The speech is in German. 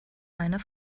meiner